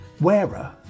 wearer